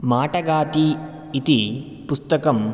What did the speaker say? माटगाति इति पुस्तकं